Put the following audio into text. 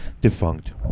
defunct